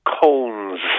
cones